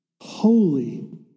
holy